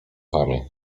wami